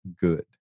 good